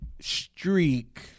streak